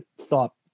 thought